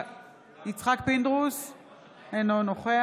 אינו נוכח